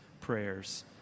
prayers